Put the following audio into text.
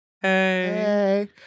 Hey